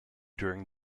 during